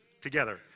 Together